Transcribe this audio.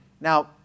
Now